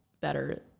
better